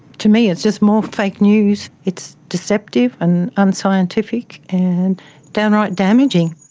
to me it's just more fake news. it's deceptive and unscientific and downright damaging.